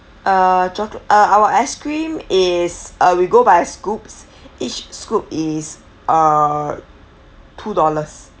uh chocolate uh our ice cream is uh we go by scoops each scoop is uh two dollars